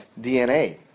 DNA